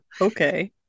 Okay